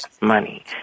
money